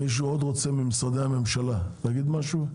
מישהו עוד רוצה ממשרדי הממשלה להגיד משהו?